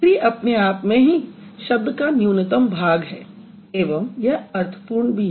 tree अपने आप में ही शब्द का एक न्यूनतम भाग है एवं यह अर्थपूर्ण भी है